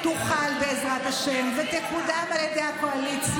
בעצת היושב-ראש אני מדברת למליאה